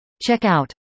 Check-out